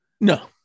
no